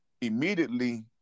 immediately